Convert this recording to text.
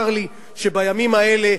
צר לי שבימים האלה,